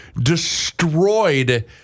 destroyed